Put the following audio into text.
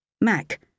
Mac